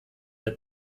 der